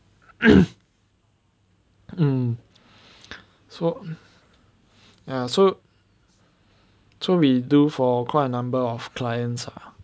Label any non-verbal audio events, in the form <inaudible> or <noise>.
<coughs> mm so ya so so we do for quite a number of clients ah